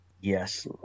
Yes